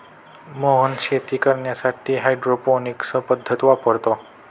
मोहन शेती करण्यासाठी हायड्रोपोनिक्स पद्धत वापरतो